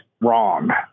wrong